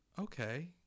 okay